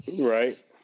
right